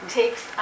takes